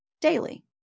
daily